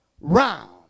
round